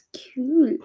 cool